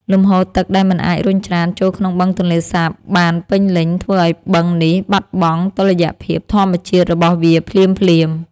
លំហូរទឹកដែលមិនអាចរុញច្រានចូលក្នុងបឹងទន្លេសាបបានពេញលេញធ្វើឱ្យបឹងនេះបាត់បង់តុល្យភាពធម្មជាតិរបស់វាភ្លាមៗ។